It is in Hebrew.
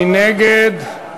מי נגד?